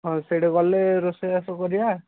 ହଁ ସେଇଠୁ ଗଲେ ରୋଷେଇ ବାସ କରିବା